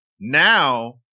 now